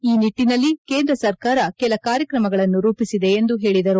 ಈ ನಿಟ್ಟಿನಲ್ಲಿ ಕೇಂದ್ರ ಸರ್ಕಾರ ಕೆಲ ಕಾರ್ಕ್ರಮಗಳನ್ನು ರೂಪಿಸಿದೆ ಎಂದು ಹೇಳಿದರು